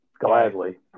Gladly